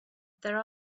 there